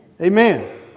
Amen